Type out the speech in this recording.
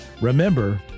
remember